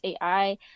AI